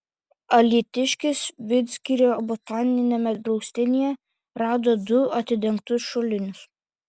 alytiškis vidzgirio botaniniame draustinyje rado du atidengtus šulinius